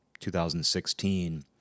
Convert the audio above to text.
2016